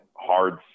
hard